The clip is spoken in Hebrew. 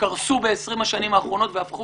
קרסו ב-20 השנים האחרונות והפכו